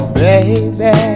baby